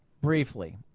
Briefly